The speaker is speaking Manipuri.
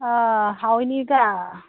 ꯑꯥ ꯍꯥꯎꯅꯤꯗ